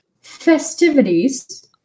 festivities